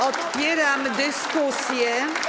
Otwieram dyskusję.